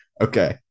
Okay